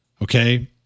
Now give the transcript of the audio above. Okay